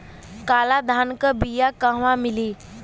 काला धान क बिया कहवा मिली?